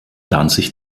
danzig